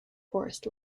forest